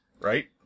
Right